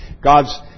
God's